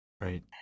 Right